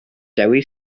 dewi